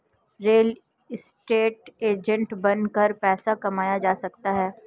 real estate agent बनकर पैसा कमाया जा सकता है